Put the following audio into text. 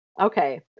Okay